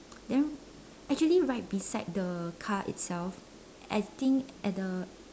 then actually right beside the car itself I think at the